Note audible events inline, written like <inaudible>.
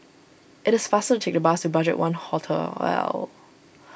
it is faster take the bus to Budgetone Hotel <unintelligible>